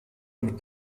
mit